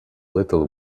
little